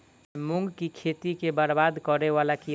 मूंग की खेती केँ बरबाद करे वला कीड़ा?